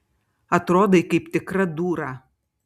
atrodai kaip tikra dūra